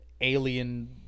Alien